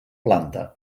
planta